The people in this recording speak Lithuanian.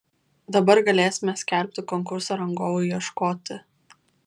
dabar galėsime skelbti konkursą rangovui ieškoti